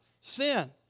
sin